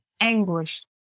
anguish